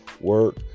work